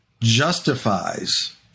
justifies